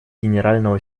генерального